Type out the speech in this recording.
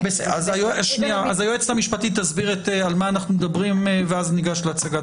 אבל יש לי מספיק דוגמאות שבהן הממשלה הודיעה שהצעד